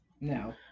No